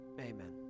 amen